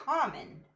common